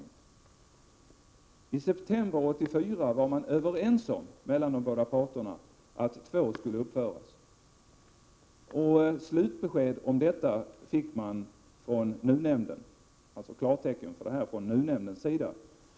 I september 1984 var man överens mellan de båda parterna om att två bunkrar skulle uppföras. Slutbesked, dvs. klartecken, om detta fick man från NUU-nämnden i september 1985.